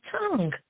tongue